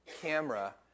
camera